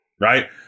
right